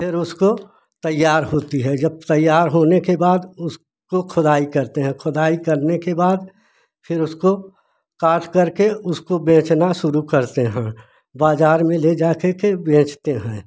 फिर उसको तैयार होती है जब तैयार होने के बाद उसको खोदाई करते हैं खोदाई करने के बाद फिर उसको काटकर के उसको बेचना शुरू करते हैं बाजार में ले जाकर के बेचते हैं